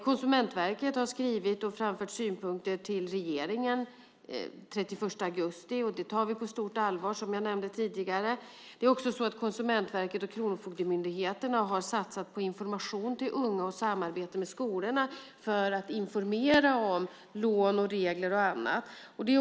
Konsumentverket har också skrivit och framfört synpunkter till regeringen den 31 augusti, vilket vi tar på stort allvar, som jag nämnde tidigare. Dessutom har Konsumentverket och Kronofogdemyndigheten satsat på information till unga och på ett samarbete med skolorna för att informera om lån, regler och annat.